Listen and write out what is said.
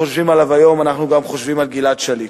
כשאנחנו חושבים עליו היום אנחנו גם חושבים על גלעד שליט.